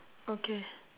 okay